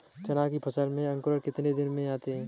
चना की फसल में अंकुरण कितने दिन में आते हैं?